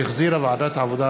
שהחזירה ועדת העבודה,